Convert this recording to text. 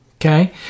Okay